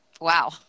Wow